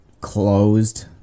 closed